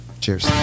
cheers